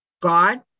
God